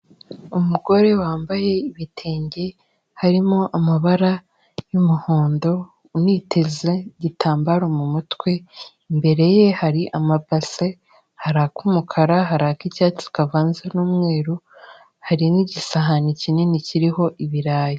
Umugore wambaye ibitenge harimo amabara y'umuhondo, uniteze igitambaro mu mutwe, imbere ye hari amabase, hari ak'umukara, hari ak'icyatsi kavanze n'umweru, hari n'igisahani kinini kiriho ibirayi.